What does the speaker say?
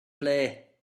flee